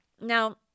Now